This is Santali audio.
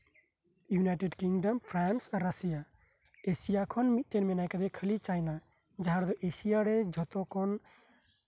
ᱤᱭᱩᱱᱟᱭᱴᱮᱰ ᱠᱤᱝᱰᱚᱢ ᱯᱷᱨᱟᱱᱥ ᱟᱨ ᱨᱟᱥᱤᱭᱟ ᱮᱥᱤᱭᱟ ᱠᱷᱚᱱ ᱢᱤᱫ ᱴᱮᱱ ᱢᱮᱱᱟᱭ ᱠᱟᱫᱮᱭᱟ ᱠᱷᱟᱹᱞᱤ ᱪᱟᱭᱱᱟ ᱡᱟᱦᱟᱸᱨᱮᱫᱚ ᱮᱥᱤᱭᱟ ᱨᱮ ᱡᱷᱚᱛᱚᱠᱷᱚᱱ